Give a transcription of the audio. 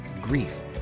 grief